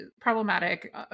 problematic